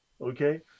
Okay